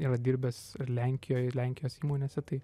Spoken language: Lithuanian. yra dirbęs ir lenkijoj ir lenkijos įmonėse tai